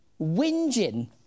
whinging